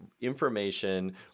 information